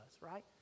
right